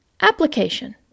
Application